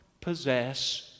possess